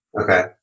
Okay